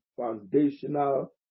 foundational